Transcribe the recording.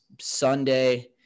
Sunday